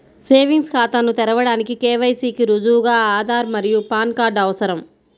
savings ఖాతాను తెరవడానికి KYC కి రుజువుగా ఆధార్ మరియు పాన్ కార్డ్ అవసరం